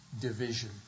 division